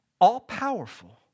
all-powerful